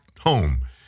home